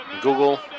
Google